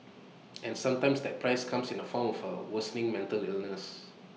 and sometimes that price comes in the form for A worsening mental illness